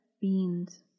beans